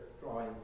drawing